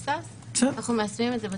אנחנו מיישמים את זה.